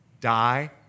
Die